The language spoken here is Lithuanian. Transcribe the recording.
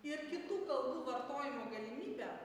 ir kitų kalbų vartojimo galimybę